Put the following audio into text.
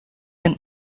and